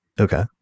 Okay